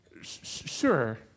sure